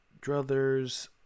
Druthers